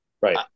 Right